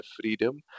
freedom